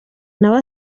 nawe